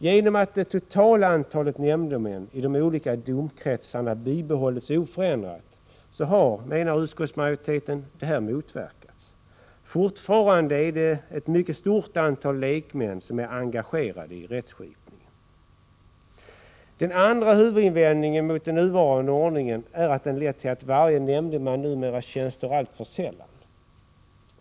Genom att det totala antalet nämndemän i de olika domkretsarna bibehållits oförändrat har detta motverkats, menar utskottsmajoriteten. Fortfarande är ett mycket stort antal lekmän engagerade i rättsskipningen. Den andra huvudinvändningen mot den nuvarande ordningen är att den har lett till att varje nämndeman numera tjänstgör alltför sällan.